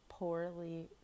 poorly